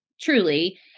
truly